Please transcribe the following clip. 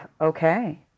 okay